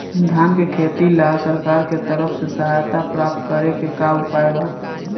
धान के खेती ला सरकार के तरफ से सहायता प्राप्त करें के का उपाय बा?